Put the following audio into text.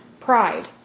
pride